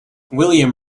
william